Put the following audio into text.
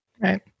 Right